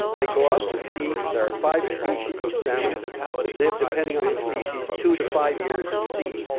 they go out to sea, there are five species of salmon that live, depending on the species, two to five years at sea,